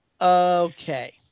Okay